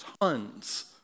tons